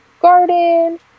garden